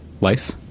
life